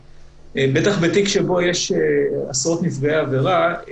בטח בתיק שבו יש עשרות נפגעי עבירה.